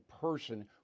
person